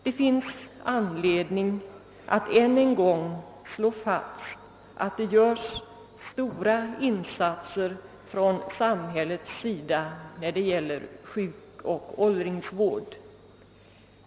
Det finns anledning att än en gång slå fast att samhället gör stora insatser när det gäller sjukoch åldringsvården.